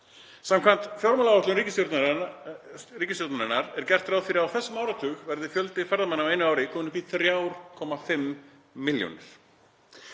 Samkvæmt fjármálaáætlun ríkisstjórnarinnar er gert ráð fyrir að á þessum áratug verði fjöldi ferðamanna á einu ári kominn upp í 3,5 milljónir.